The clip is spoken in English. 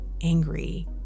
angry